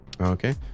okay